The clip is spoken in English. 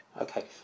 Okay